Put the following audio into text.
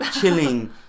chilling